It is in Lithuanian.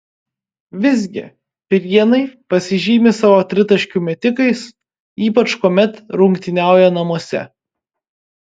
visgi prienai pasižymi savo tritaškių metikais ypač kuomet rungtyniauja namuose